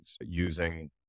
using